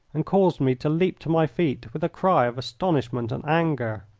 and caused me to leap to my feet with a cry of astonishment and anger.